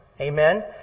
Amen